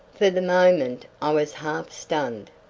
for the moment i was half-stunned.